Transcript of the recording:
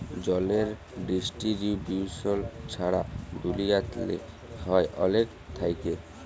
জলের ডিস্টিরিবিউশল ছারা দুলিয়াল্লে হ্যয় অলেক থ্যাইকে